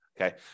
Okay